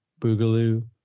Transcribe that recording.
Boogaloo